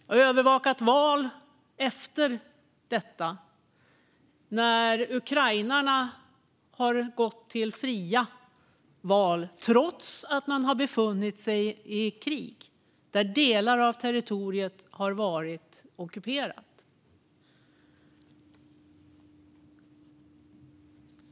Jag har övervakat val efter detta, när ukrainarna gått till fria val trots att man befunnit sig i krig där delar av territoriet blivit ockuperat.